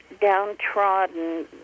downtrodden